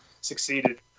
succeeded